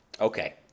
Okay